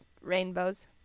rainbows